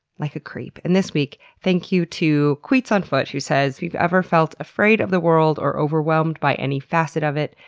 like a creep. and this week, thank you to qeetsonfoot, who says if you've ever felt afraid of the world, or overwhelmed by any facet of it,